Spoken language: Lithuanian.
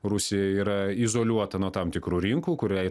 rusija yra izoliuota nuo tam tikrų rinkų kuriai